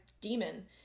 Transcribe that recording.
demon